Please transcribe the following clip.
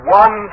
one